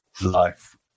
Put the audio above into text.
life